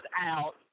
out